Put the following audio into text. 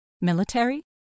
military